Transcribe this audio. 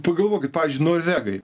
pagalvokit pavyzdžiui norvegai